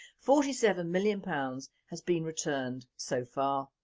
forty seven million pounds has been returned so far.